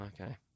Okay